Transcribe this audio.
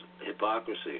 hypocrisy